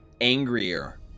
angrier